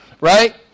right